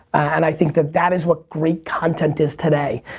and i think that that is what great content is today.